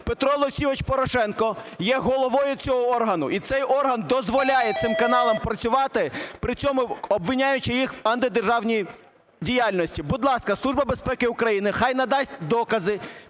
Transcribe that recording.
Петро Олексійович Порошенко є головою цього органу, і цей орган дозволяє цим каналам працювати, при цьому обвиняючи їх в антидержавній діяльності. Будь ласка, Служба безпеки України хай надасть докази,